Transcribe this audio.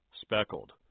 speckled